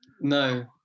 No